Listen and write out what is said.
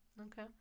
Okay